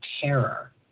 terror